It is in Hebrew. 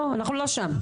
סליחה, אנחנו לא שם.